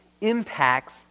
impacts